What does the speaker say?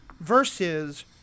versus